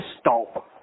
stop